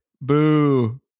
Boo